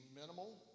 minimal